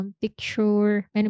picture